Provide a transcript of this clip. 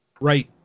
Right